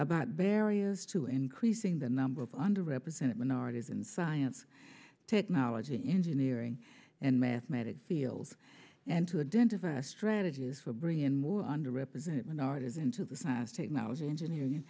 about barriers to increasing the number of under represented minorities in science technology engineering and mathematics feels and to a dent in the strategies for bringing more under represented minorities into the science technology engineering